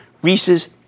Reese's